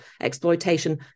exploitation